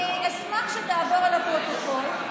אני אשמח שתעבור על הפרוטוקול,